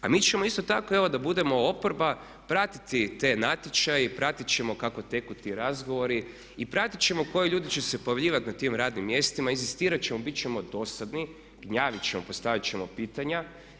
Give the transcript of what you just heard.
A mi ćemo isto tako evo da budemo oporba pratiti te natječaje i pratit ćemo kako teku ti razgovori i pratit ćemo koji ljudi će se pojavljivati na tim radnim mjestima, inzistirat ćemo, bit ćemo dosadni, gnjavit ćemo, postaviti ćemo pitanja.